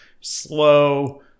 slow